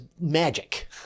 magic